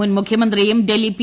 മുൻ മുഖ്യമന്ത്രിയും ഡൽഹി പി